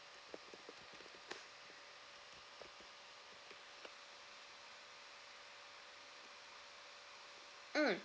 mm